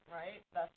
right